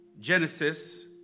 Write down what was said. Genesis